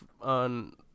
on